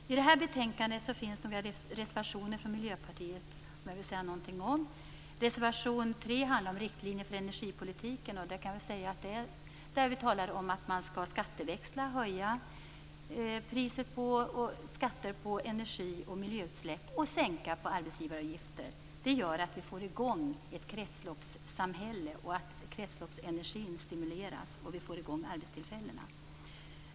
I detta betänkande finns några reservationer från Miljöpartiet som jag vill säga något om. Reservation 3 handlar om riktlinjer för energipolitiken. Där talar vi om att man skall skatteväxla, höja skatter på energi och miljöutsläpp och sänka arbetsgivaravgifter. Det gör att vi får i gång ett kretsloppssamhälle, att kretsloppsenergin stimuleras och att vi får i gång arbetstillfällena.